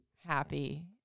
happy